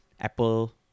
Apple